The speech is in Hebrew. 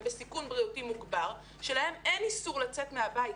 בסיכון בריאותי מוגבר שלהם אין איסור לצאת מהבית.